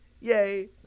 Yay